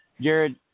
Jared